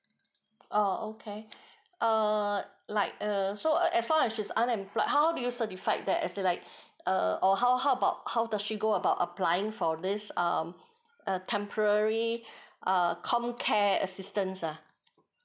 oh okay uh like err so as long as she's unemployed how how do you certified that as like err or how how about how does she go about applying for this um err temporary err comcare assistance ah